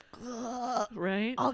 right